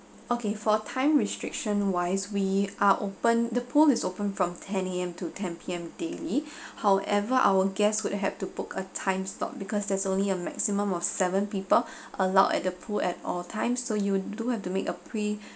okay for time restriction wise we are open the pool is open from ten A_M to ten P_M daily however our guests would have to book a time slot because there's only a maximum of seven people allowed at the pool at all times so you do have to make a pre